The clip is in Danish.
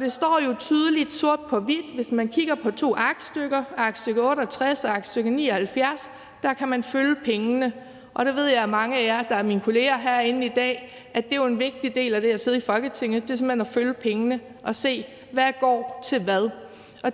Det står jo tydeligt sort på hvidt. Det kan man se, hvis man kigger på to aktstykker, aktstykke 68 og aktstykke 79. Der kan man følge pengene. Det ved jeg at mange af mine kolleger herinde i dag jo mener er en vigtig del af det at sidde i Folketinget. Det er simpelt hen at følge pengene og se, hvad der går til hvad.